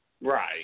Right